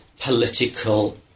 political